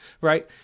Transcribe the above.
right